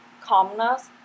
calmness